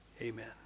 Amen